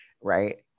right